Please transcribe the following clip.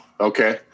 Okay